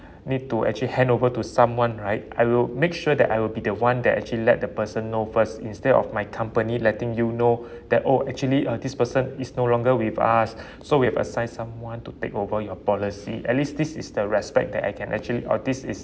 need to actually handover to someone right I will make sure that I will be the one that actually let the person know first instead of my company letting you know that oh actually uh this person is no longer with us so we have assigned someone to take over your policy at least this is the respect that I can actually or this is